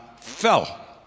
fell